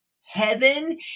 Heaven